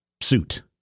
suit